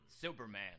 Superman